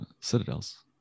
citadels